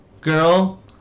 Girl